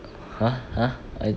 !huh! !huh! I